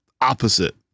opposite